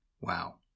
Wow